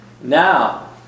Now